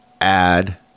add